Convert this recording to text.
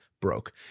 broke